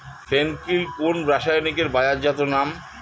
ফেন কিল কোন রাসায়নিকের বাজারজাত নাম?